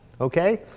Okay